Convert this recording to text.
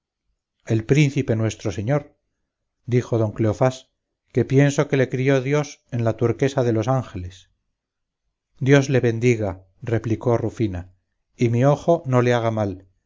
el príncipe nuestro señor dijo don cleofás que pienso que le crió dios en la turquesa de los ángeles dios le bendiga replicó rufina y mi ojo no le haga mal